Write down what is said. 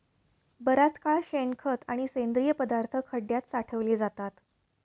बराच काळ शेणखत व सेंद्रिय पदार्थ खड्यात साठवले जातात